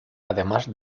además